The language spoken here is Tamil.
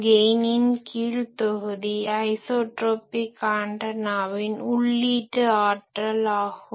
கெய்னின் கீழ் தொகுதி ஐஸோட்ரோப்பிக் ஆன்டனாவின் உள்ளீடு ஆற்றல் ஆகும்